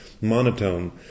monotone